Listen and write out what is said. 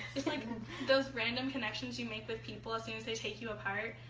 it's like those random connections you make with people as soon as they take you apart.